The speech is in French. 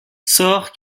sort